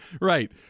right